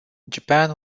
japan